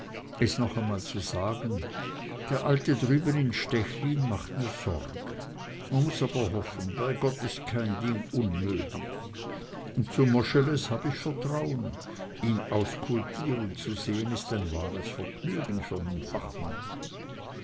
es noch einmal zu sagen der alte drüben in stechlin macht mir sorge man muß aber hoffen bei gott kein ding unmöglich ist und zu moscheles hab ich vertrauen ihn auskultieren zu sehn ist ein wahres vergnügen für nen fachmann